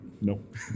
Nope